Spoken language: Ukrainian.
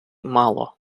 мало